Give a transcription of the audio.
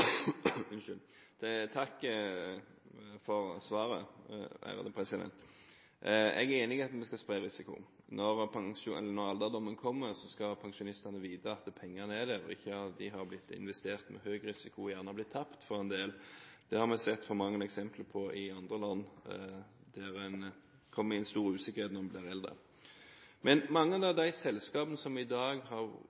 Takk for svaret. Jeg er enig i at vi skal spre risikoen. Når alderdommen kommer, skal pensjonistene vite at pengene er der, og ikke at de har blitt investert med høy risiko og gjerne blitt tapt for en del. Det har vi sett for mange eksempler på i andre land, der det kommer stor usikkerhet når en blir eldre. Men mange